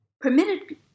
Permitted